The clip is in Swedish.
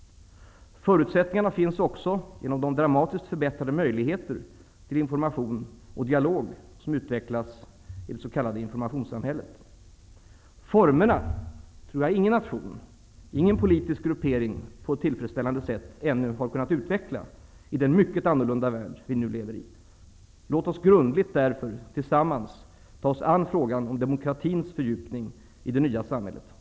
Förutsättningarna finns också genom de dramatiskt förbättrade möjligheter till information och dialog som utvecklas i det s.k. Jag tror inte att någon nation eller politisk gruppering på ett tillfredsställande sätt ännu har kunnat utveckla formerna, i den mycket annorlunda värld vi nu lever i. Låt oss därför grundligt tillsammans ta oss an frågan om demokratins fördjupning i det nya samhället.